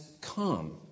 come